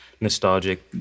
nostalgic